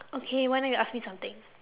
okay why not you ask me something